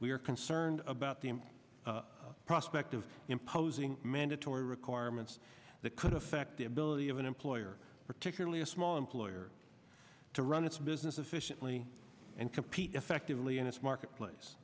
are concerned about the prospect of imposing mandatory requirements that could affect the ability of an employer particularly a small employer to run its business efficiently and compete effectively in its marketplace